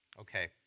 Okay